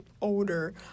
older